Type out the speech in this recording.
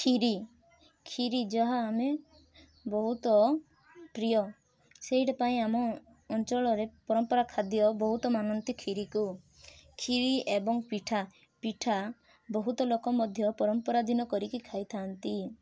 ଖିରି ଖିରି ଯାହା ଆମେ ବହୁତ ପ୍ରିୟ ସେଇଟି ପାଇଁ ଆମ ଅଞ୍ଚଳରେ ପରମ୍ପରା ଖାଦ୍ୟ ବହୁତ ମାନନ୍ତି ଖିରିକୁ ଖିରି ଏବଂ ପିଠା ପିଠା ବହୁତ ଲୋକ ମଧ୍ୟ ପରମ୍ପରା ଦିନ କରିକି ଖାଇଥାନ୍ତି